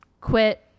quit